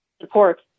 support